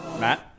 Matt